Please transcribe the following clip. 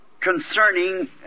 Concerning